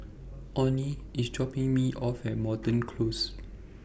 Onnie IS dropping Me off At Moreton Close